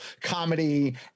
comedy